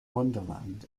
wonderland